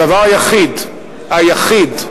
הדבר היחיד, היחיד,